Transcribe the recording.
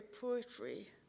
poetry